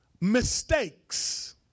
mistakes